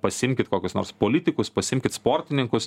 pasiimkit kokius nors politikus pasiimkit sportininkus